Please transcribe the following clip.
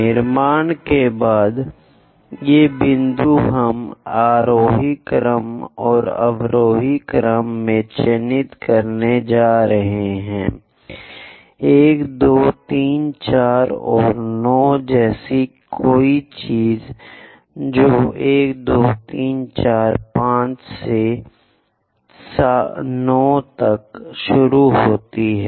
निर्माण के बाद ये बिंदु हम आरोही क्रम और अवरोही क्रम में चिह्नित करने जा रहे हैं 1 2 3 4 और 9 जैसी कोई चीज़ तो 1 2 3 4 5 से 9 तक शुरू होती है